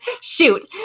Shoot